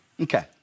Okay